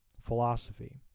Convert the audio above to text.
philosophy